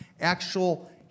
actual